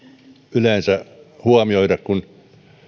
yleensä huomioida